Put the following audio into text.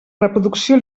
reproducció